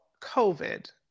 COVID